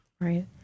Right